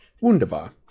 Wunderbar